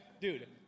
Dude